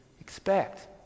expect